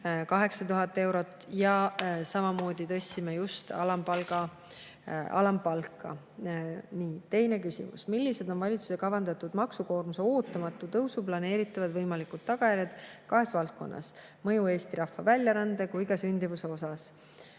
8000 eurot. Samamoodi tõstsime just alampalka. Teine küsimus: "Millised on valitsuse kavandatud maksukoormuse ootamatu tõusu planeeritavad ja võimalikud tagajärjed kahes valdkonnas: mõju eesti rahva väljarände kui ka sündivuse osas?